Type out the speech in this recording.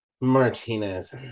Martinez